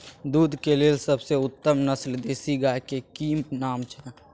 दूध के लेल सबसे उत्तम नस्ल देसी गाय के की नाम छै?